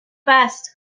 best